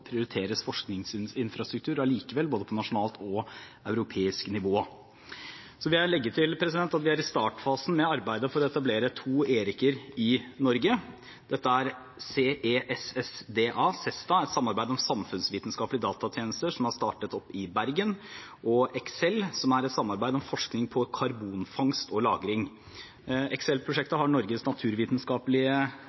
vil jeg legge til at vi er i startfasen med arbeidet for å etablere to ERIC-er i Norge. Dette er CESSDA – et samarbeid om samfunnsvitenskapelige datatjenester som har startet opp i Bergen – og ECCSEL, som er et samarbeid om forskning på karbonfangst og -lagring. ECCSEL-prosjektet har Norges